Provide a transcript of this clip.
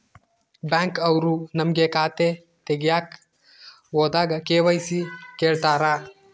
Bank ಅವ್ರು ನಮ್ಗೆ ಖಾತೆ ತಗಿಯಕ್ ಹೋದಾಗ ಕೆ.ವೈ.ಸಿ ಕೇಳ್ತಾರಾ?